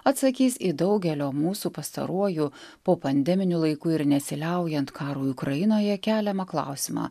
atsakys į daugelio mūsų pastaruoju popandeminiu laiku ir nesiliaujant karui ukrainoje keliamą klausimą